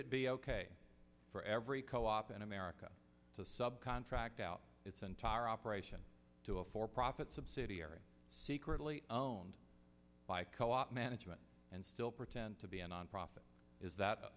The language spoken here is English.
it be ok for every co op in america to subcontract out its entire operation to a for profit subsidiary secretly owned by co op management and still pretend to be a nonprofit is that